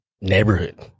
Neighborhood